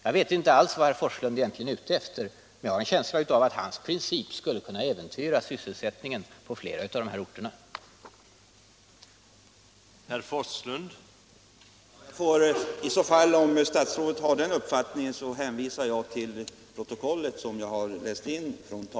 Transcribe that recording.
Jag vet inte alls vad herr Forslund egentligen är ute efter, men jag har en känsla av att hans princip skulle kunna äventyra sysselsättningen på flera av de här orterna.